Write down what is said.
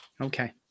Okay